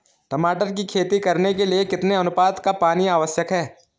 टमाटर की खेती करने के लिए कितने अनुपात का पानी आवश्यक है?